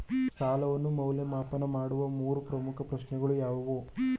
ಸಾಲವನ್ನು ಮೌಲ್ಯಮಾಪನ ಮಾಡುವ ಮೂರು ಪ್ರಮುಖ ಪ್ರಶ್ನೆಗಳು ಯಾವುವು?